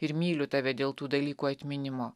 ir myliu tave dėl tų dalykų atminimo